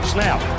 Snap